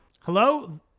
hello